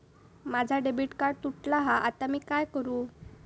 माझा debit card तुटला हा आता मी काय करू?